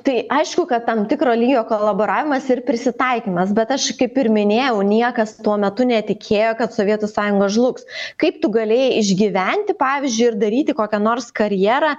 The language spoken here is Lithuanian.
tai aišku kad tam tikro lygio kolaboravimas ir prisitaikymas bet aš kaip ir minėjau niekas tuo metu netikėjo kad sovietų sąjunga žlugs kaip tu galėjai išgyventi pavyzdžiui ir daryti kokią nors karjerą